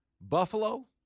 Buffalo